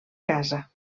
casa